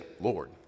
Lord